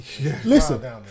Listen